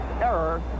error